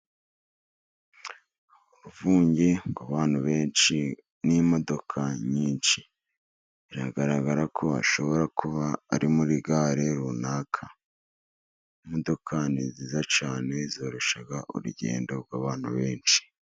Uruvunge rw'abantu benshi n'imodoka nyinshi biragaragara ko ashobora kuba ari muri gare runaka. Imodoka ni nziza cyane zorusha urugendo rw'abantu benshi.